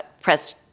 press